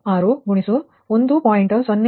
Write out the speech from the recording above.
3846 into 1